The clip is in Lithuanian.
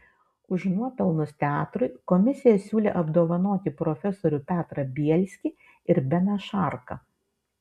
už nuopelnus teatrui komisija siūlė apdovanoti profesorių petrą bielskį ir beną šarką